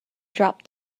dropped